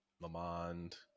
Lamond